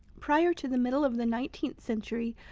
prior to the middle of the nineteenth century,